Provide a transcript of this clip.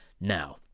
now